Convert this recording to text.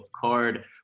card